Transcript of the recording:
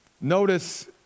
Notice